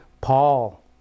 Paul